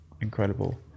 incredible